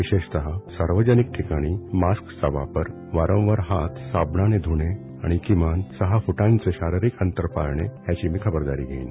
विशेषतः सार्वजनिक ठिकाणी मास्कचा वापर वारंवार हाथ साबनाने धुणे आणि किमान सहा फ्टांचे शारीरिक अंतर पाळणे याची मी खबरदारी घेईल